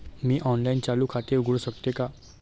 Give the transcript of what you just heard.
मी online चालू खाते उघडू शकते का?